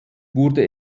wurde